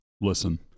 listen